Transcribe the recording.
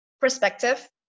perspective